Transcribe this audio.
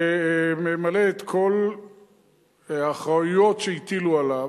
שממלא את כל האחריויות שהטילו עליו,